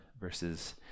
versus